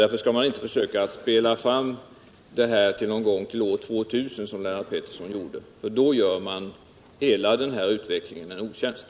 Därför skall man inte försöka att spela fram användningen av dessa bränslen till någon gång år 2000 som Lennart Peuersson gjorde. Då gör man hela den här utvecklingen en Otjänst.